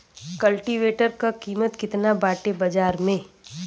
कल्टी वेटर क कीमत केतना बाटे बाजार में?